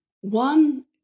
One